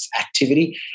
activity